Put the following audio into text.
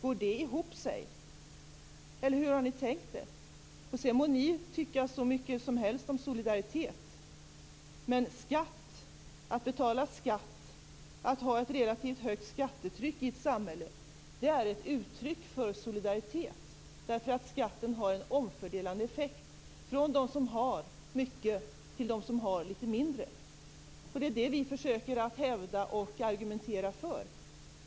Går det ihop sig? Eller hur har ni tänkt det? Men att betala skatt, att ha ett relativt högt skattetryck i ett samhälle är ett uttryck för solidaritet därför att skatten har en omfördelande effekt från dem som har mycket till dem som har litet mindre. Det försöker vi hävda och argumentera för.